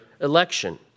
election